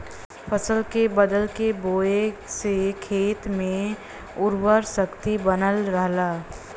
फसल के बदल के बोये से खेत के उर्वरा शक्ति बनल रहला